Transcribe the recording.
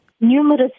Numerous